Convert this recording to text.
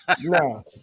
no